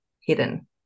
hidden